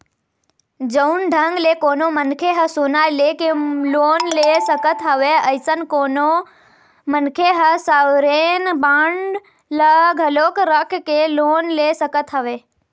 जउन ढंग ले कोनो मनखे ह सोना लेके लोन ले सकत हवय अइसन कोनो मनखे ह सॉवरेन बांड ल घलोक रख के लोन ले सकत हवय